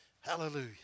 Hallelujah